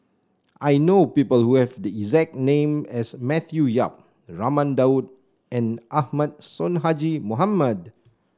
I know people who have the exact name as Matthew Yap Raman Daud and Ahmad Sonhadji Mohamad